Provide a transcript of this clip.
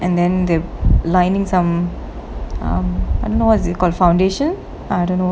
and then they lining some um I don't know what is it called foundation I don't know what